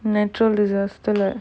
natural disaster leh